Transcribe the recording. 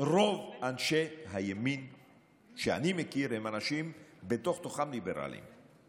רוב אנשי הימין שאני מכיר הם אנשים ליברליים בתוך-תוכם.